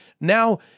now